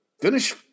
finish